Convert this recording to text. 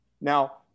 Now